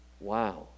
Wow